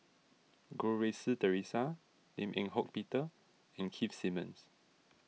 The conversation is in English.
Goh Rui Si theresa Lim Eng Hock Peter and Keith Simmons